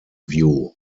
view